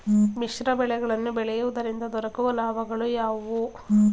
ಮಿಶ್ರ ಬೆಳೆಗಳನ್ನು ಬೆಳೆಯುವುದರಿಂದ ದೊರಕುವ ಲಾಭಗಳು ಯಾವುವು?